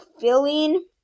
filling